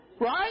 Right